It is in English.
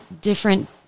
different